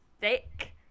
thick